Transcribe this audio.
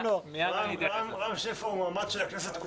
ולמען האמת,